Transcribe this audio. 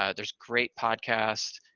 ah there's great podcasts.